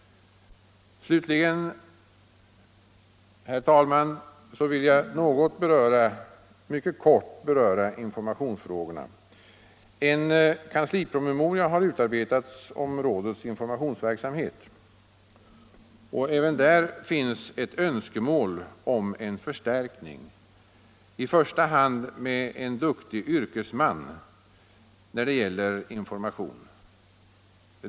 Slutligen, herr talman, vill jag mycket kort beröra informationsfrågorna. En kanslipromemoria har utarbetats om rådets informationsverksamhet. Även där finns ett önskemål om en förstärkning — i första hand med en duktig yrkesman i fråga om information.